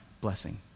blessing